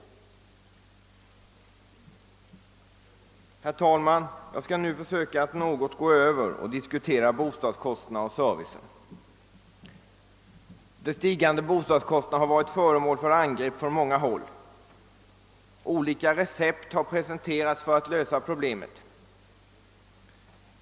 Efter detta skall jag övergå till att något diskutera bostadskostnaderna och servicen. De stigande bostadskostnaderna har angripits från många håll, och olika recept har presenterats för att lösa problemen.